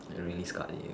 that really scarred you